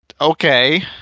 Okay